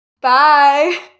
Bye